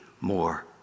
more